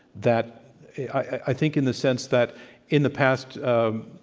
that i think in the sense that in the past, um